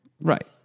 right